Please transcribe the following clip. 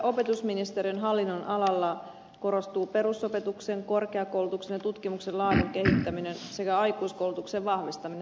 opetusministeriön hallinnonalalla korostuu perusopetuksen korkeakoulutuksen ja tutkimuksen laadun kehittäminen sekä aikuiskoulutuksen vahvistaminen